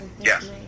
Yes